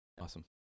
awesome